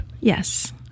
yes